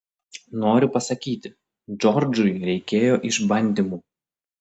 noriu pasakyti džordžui reikėjo išbandymų